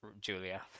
Julia